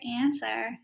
answer